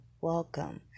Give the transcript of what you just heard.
welcome